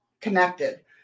connected